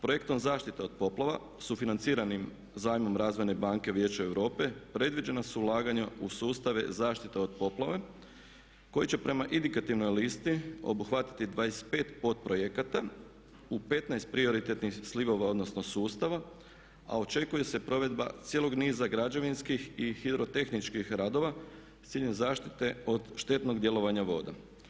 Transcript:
Projektom zaštite od poplava sufinanciranim zajmom Razvojne banke Vijeća Europe predviđena su ulaganja u sustave zaštite od poplave koji će prema indikativnoj listi obuhvatiti 25 podprojekata u 15 prioritetnih slivova odnosno sustava a očekuje se provedba cijelog niza građevinskih i hidrotehničkih radova s ciljem zaštite od štetnog djelovanja voda.